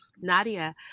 Nadia